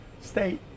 state